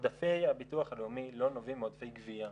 עודפי הביטוח הלאומי לא נובעים מעודפי גביה,